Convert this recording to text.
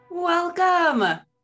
Welcome